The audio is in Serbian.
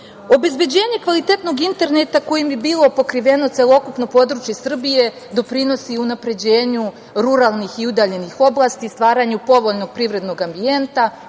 probleme. Obezbeđenje kvalitetnog interneta kojim bi bilo pokriveno celokupno područje Srbije doprinosi i unapređenju ruralnih i udaljenih oblasti, stvaranju povoljnog privredno ambijenta,